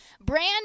Brand